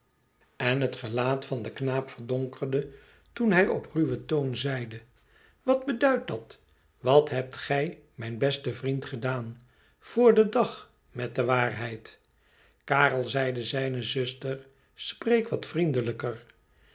en het gelaat van den knaap verdonkerde toen bij op ruwen toon zeide wat beduidt dat p wat bebt gij mijn besten vriend gedaan voor den dag met de waarheid karel zeide zijne zuster spreek wat vriendelijker